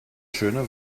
schöne